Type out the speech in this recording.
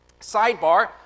Sidebar